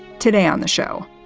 today on the show,